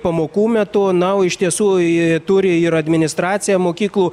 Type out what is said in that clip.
pamokų metu na o iš tiesų turi ir administracija mokyklų